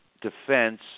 defense